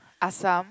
assam